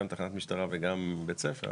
גם תחנת משטרה וגם בית ספר,